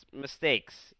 mistakes